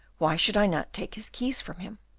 why should i not take his keys from him,